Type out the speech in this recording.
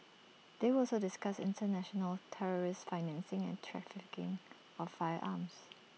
they will also discuss International terrorist financing and trafficking of firearms